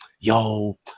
yo